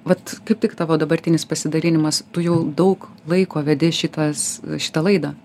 vat kaip tik tavo dabartinis pasidalinimas tu jau daug laiko vedi šitas šitą laidą